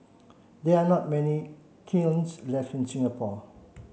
there are not many kilns left in Singapore